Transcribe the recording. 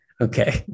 Okay